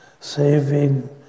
Saving